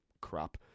crap